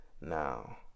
now